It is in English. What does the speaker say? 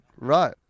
Right